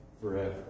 forever